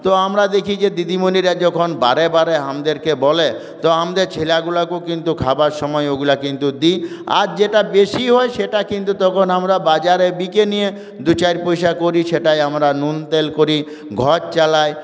তো আমরা দেখি যে দিদিমণিরা যখন বারে বারে আমাদেরকে বলে তো আমাদের ছেলেগুলোকে কিন্তু খাবার সময় ওগুলো কিন্তু দিই আর যেটা বেশি হয় সেটা কিন্তু তখন আমরা বাজারে বিকে নিয়ে দু চার পয়সা করি সেটায় আমরা নুন তেল করি ঘর চালাই